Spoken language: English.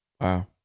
Wow